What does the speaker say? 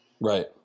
Right